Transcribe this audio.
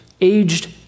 aged